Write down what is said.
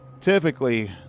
typically